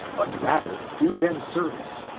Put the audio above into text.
but rather do them service,